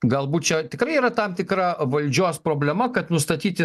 galbūt čia tikrai yra tam tikra valdžios problema kad nustatyti